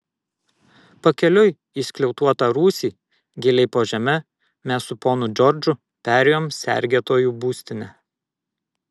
pakeliui į skliautuotą rūsį giliai po žeme mes su ponu džordžu perėjom sergėtojų būstinę